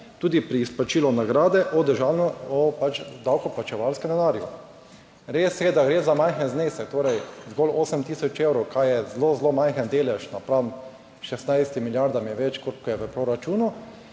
tudi pri izplačilu nagrade, o državnem, o davkoplačevalskem denarju. Res je, da gre za majhen znesek, torej zgolj 8 tisoč evrov, kar je zelo, zelo majhen delež napram 16 milijardam je več kot je v proračunu,